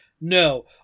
no